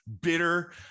bitter